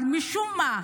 אבל משום מה,